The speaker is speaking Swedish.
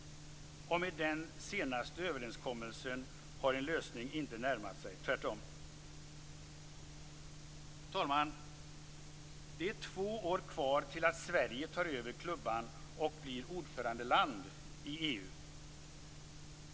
Med den senaste överenskommelsen har en lösning inte närmat sig, tvärtom. Herr talman! Det är två år kvar till dess att Sverige tar över klubban och blir ordförandeland i EU.